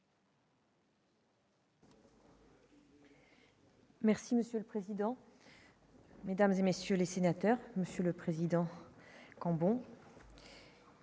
Merci monsieur le président. Mesdames et messieurs les sénateurs, Monsieur le Président, en bon.